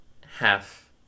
half